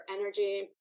energy